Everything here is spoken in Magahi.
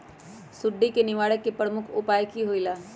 सुडी के निवारण के प्रमुख उपाय कि होइला?